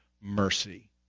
mercy